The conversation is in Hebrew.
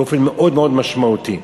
באופן מאוד מאוד משמעותי.